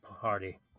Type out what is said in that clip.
party